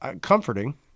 comforting